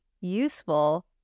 useful